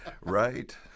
Right